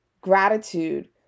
gratitude